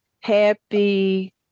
happy